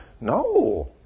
no